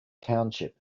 township